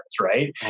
right